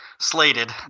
slated